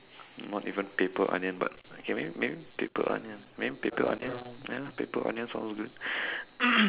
not even paper onion but okay maybe maybe paper onion maybe paper onion ya paper onion sounds good